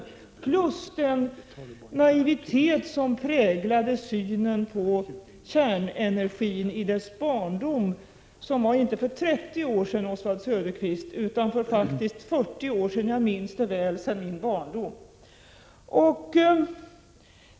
Därtill har också bidragit den naivitet som präglade synen på kärnenergin i dess ”barndom”. Den inföll inte för 30 år sedan, Oswald Söderqvist, utan faktiskt för 40 år sedan. Jag minns det väl sedan min barndom.